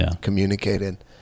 communicated